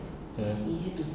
ya